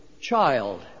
child